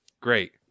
Great